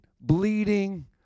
bleeding